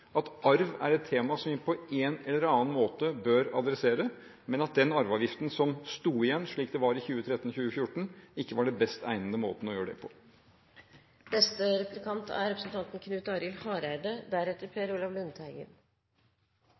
at arv er et tema som vi på en eller annen måte bør adressere, men at den arveavgiften som sto igjen, slik det var i 2013–2014, ikke var den best egnede måten å gjøre det på. Både representanten